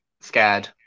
scared